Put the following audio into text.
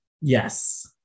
Yes